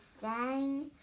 sang